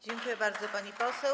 Dziękuję bardzo, pani poseł.